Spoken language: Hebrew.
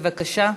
בבקשה.